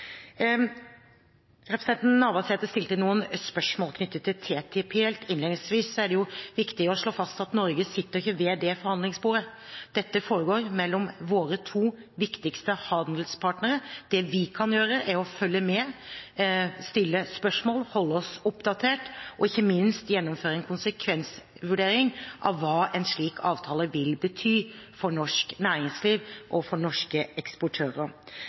Representanten Navarsete stilte noen spørsmål knyttet til TTIP. Helt innledningsvis er det jo viktig å slå fast at Norge ikke sitter ved det forhandlingsbordet, dette foregår mellom våre to viktigste handelspartnere. Det vi kan gjøre, er å følge med, stille spørsmål, holde oss oppdatert og ikke minst gjennomføre en konsekvensvurdering av hva en slik avtale vil bety for norsk næringsliv og for norske eksportører.